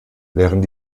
während